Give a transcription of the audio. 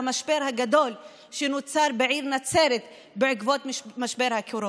המשבר הגדול שנוצר בעיר נצרת בעקבות משבר הקורונה.